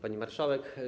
Pani Marszałek!